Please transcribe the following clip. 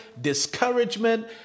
discouragement